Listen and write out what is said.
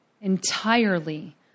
Entirely